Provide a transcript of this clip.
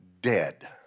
dead